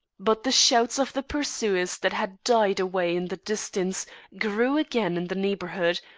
but the shouts of the pursuers that had died away in the distance grew again in the neighbourhood,